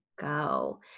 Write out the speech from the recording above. go